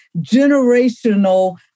generational